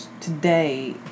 today